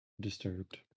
disturbed